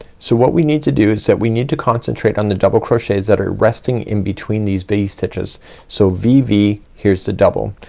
so what we need to do is that we need to concentrate on the double crochets that are resting in between these v-stitches. so v, v, here's the double.